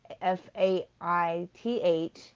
F-A-I-T-H